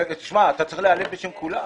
אתה צריך להיעלב בשם כולם.